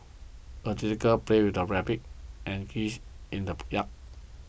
the little girl played with her rabbit and geese in the yard